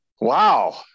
Wow